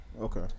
Okay